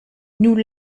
nous